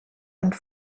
und